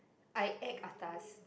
I act atas